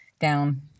down